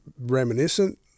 reminiscent